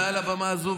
מעל הבמה הזו,